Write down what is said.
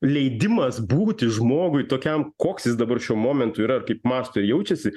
leidimas būti žmogui tokiam koks jis dabar šiuo momentu yra kaip mąsto ir jaučiasi